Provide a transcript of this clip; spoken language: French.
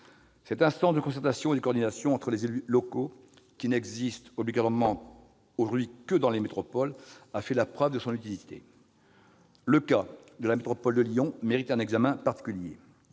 Cette instance de concertation et de coordination entre les exécutifs locaux, qui n'est aujourd'hui obligatoire que dans les métropoles, a fait la preuve de son utilité. Le cas de la métropole de Lyon mérite un examen particulier.